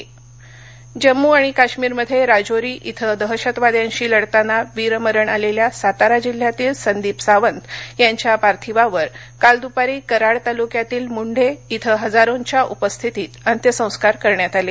शहीद जम्मू आणि काश्मिरमध्ये राजौरी इथं दहशतवाद्यांशी लढताना वीरमरण आलेल्या सातारा जिल्ह्यातील संदीप सावंत यांच्या पार्थिवावर काल दुपारी कराडतालुक्यातील मुंढे इथं हजारोंच्या उपस्थितीत अंत्यसंस्कार करण्यात आले